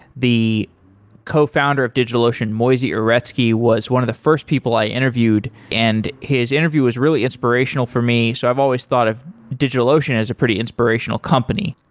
the cofounder of digitalocean, moisey uretsky, was one of the first people i interviewed and his interview is really inspirational for me, so i've always thought of digitalocean is a pretty inspirational company.